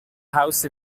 house